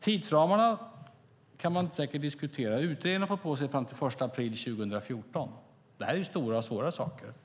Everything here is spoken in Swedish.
Tidsramarna kan man säkert diskutera. Utredningen har fått tid på sig till den 1 april 2014. Det här är stora och svåra saker.